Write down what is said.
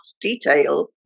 detail